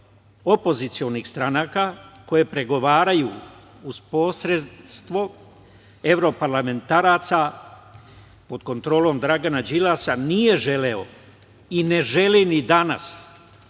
opozicionih stranaka koje pregovaraju uz posredstvo evroparlamentaraca pod kontrolom Dragana Đilasa nije želeo i ne želi ni danas